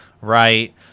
right